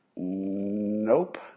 Nope